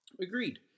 Agreed